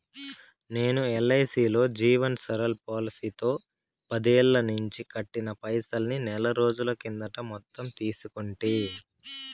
నేను ఎల్ఐసీలో జీవన్ సరల్ పోలసీలో పదేల్లనించి కట్టిన పైసల్ని నెలరోజుల కిందట మొత్తం తీసేసుకుంటి